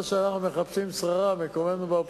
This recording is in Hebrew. עוד לא ראיתי את התקציב, זה המשחק המקדים, אדוני.